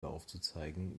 aufzuzeigen